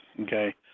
okay